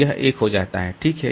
तो यह 1 हो जाता है ठीक है